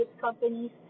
companies